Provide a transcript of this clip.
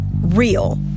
Real